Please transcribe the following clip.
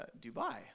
Dubai